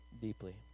deeply